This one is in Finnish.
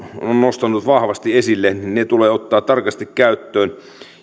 on on nostanut vahvasti esille tulee ottaa tarkasti käyttöön